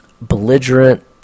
belligerent